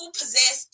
possess